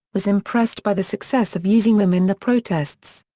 was impressed by the success of using them in the protests.